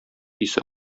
исе